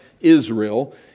Israel